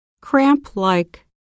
cramp-like